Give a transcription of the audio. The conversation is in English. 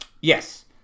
Yes